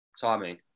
timing